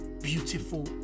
beautiful